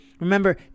Remember